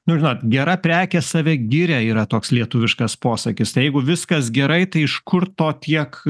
nu žinot gera prekė save giria yra toks lietuviškas posakis tai jeigu viskas gerai tai iš kur to tiek